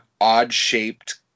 odd-shaped